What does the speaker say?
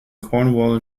cornwall